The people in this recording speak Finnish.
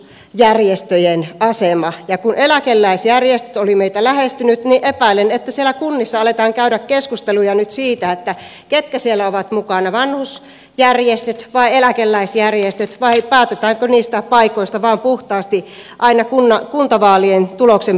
ja kun eläkeläisjärjestöt olivat meitä lähestyneet niin epäilen että siellä kunnissa aletaan käydä keskusteluja nyt siitä ketkä siellä ovat mukana vanhusjärjestöt vai eläkeläisjärjestöt vai päätetäänkö niistä paikoista vain puhtaasti aina kuntavaalien tuloksen perusteella